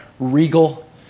regal